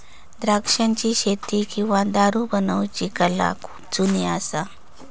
द्राक्षाची शेती किंवा दारू बनवुची कला खुप जुनी असा